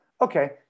okay